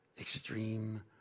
extreme